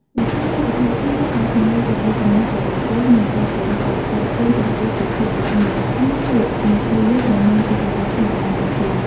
នៅក្នុងវប្បធម៌ខ្មែរដែលសម្បូរទៅដោយជំនឿអរូបិយ និងការគោរពដ៏ខ្ជាប់ខ្ជួនចំពោះពិភពវិញ្ញាណ ការហួចនៅពេលយប់មិនមែនជាទង្វើធម្មតានោះទេ។